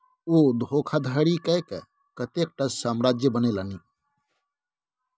ओ धोखाधड़ी कय कए एतेकटाक साम्राज्य बनेलनि